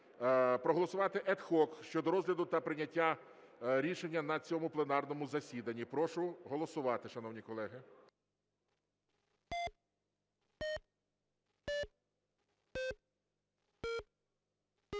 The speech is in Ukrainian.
проголосувати ad hoc щодо розгляду та прийняття рішення на цьому пленарному засіданні. Прошу голосувати, шановні колеги.